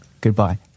goodbye